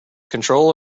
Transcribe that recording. control